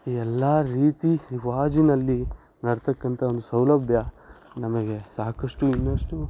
ಈ ಎಲ್ಲ ರೀತಿ ರಿವಾಜಿನಲ್ಲಿ ನಡ್ತಕ್ಕಂಥ ಒಂದು ಸೌಲಭ್ಯ ನಮಗೆ ಸಾಕಷ್ಟು ಇನ್ನಷ್ಟು